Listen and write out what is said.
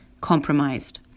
Compromised